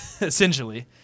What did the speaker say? essentially